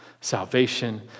Salvation